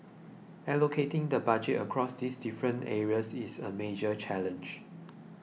allocating the Budget across these different areas is a major challenge